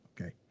okay